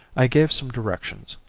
i gave some directions,